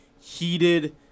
heated